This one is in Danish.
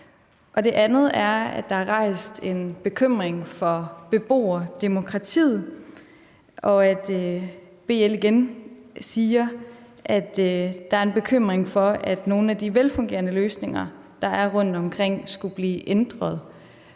For det andet er der udtrykt bekymring for beboerdemokratiet. BL siger igen, at man er bekymret for, at nogle af de velfungerende løsninger, der er rundtomkring, skulle blive ændret.